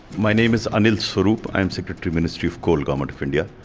my name is anil swarup. i am secretary, ministry of coal, government of india.